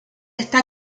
está